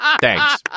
Thanks